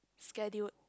scheduled